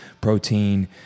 protein